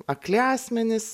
akli asmenys